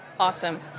Awesome